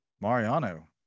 Mariano